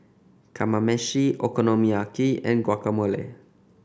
Kamameshi Okonomiyaki and Guacamole